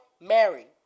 Mary